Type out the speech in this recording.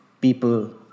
people